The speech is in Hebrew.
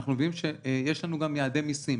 יש לנו גם יעדי מסים.